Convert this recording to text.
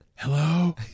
hello